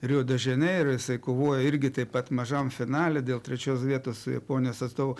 rio de žaneiro jisai kovoj irgi taip pat mažam finale dėl trečios vietos su japonijos atstovu